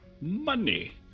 money